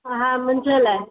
हा हा मुंहिंजे लाइ